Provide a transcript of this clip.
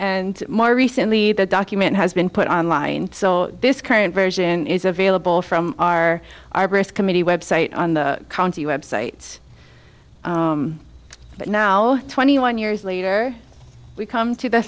and more recently the document has been put on line so this current version is available from our arborist committee website on the county websites but now twenty one years later we come to the